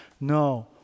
No